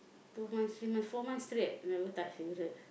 two months three months four months straight never touch cigarette